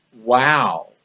Wow